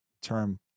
term